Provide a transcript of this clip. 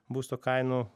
būsto kainų